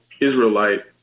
Israelite